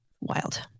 wild